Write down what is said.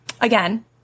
again